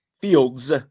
Fields